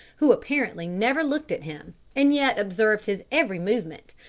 who apparently never looked at him and yet observed his every movement,